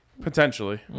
Potentially